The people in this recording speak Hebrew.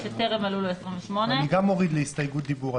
שטרם מלאו לו 28. אני גם מוריד להסתייגות דיבור,